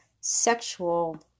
sexual